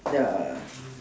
ya